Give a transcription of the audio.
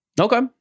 Okay